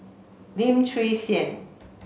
Lim Chwee Chian